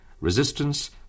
resistance